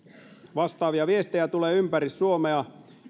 vastaavia viestejä kuntien menettelyistä tulee ympäri suomea